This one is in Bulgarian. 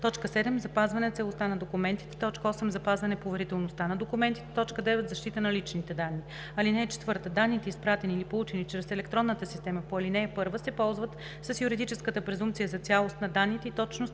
и час; 7. запазване целостта на документите; 8. запазване поверителността на документите; 9. защита на личните данни. (4) Данните, изпратени или получени чрез електронната система по ал. 1, се ползват с юридическата презумпция за цялост на данните и точност